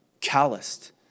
calloused